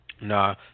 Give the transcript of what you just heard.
No